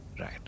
Right